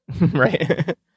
Right